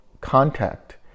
contact